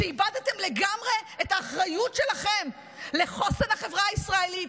איבדתם לגמרי את האחריות שלכם לחוסן החברה הישראלית,